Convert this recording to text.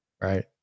right